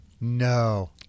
No